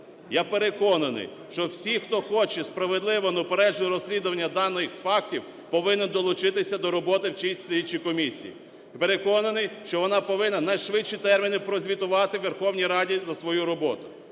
Я переконаний, що всі, хто хоче справедливого, неупередженого розслідування даних фактів, повинен долучитися до роботи в цій слідчій комісії. І переконаний, що вона повинна у найшвидші терміни прозвітувати у Верховній Раді за свою роботу.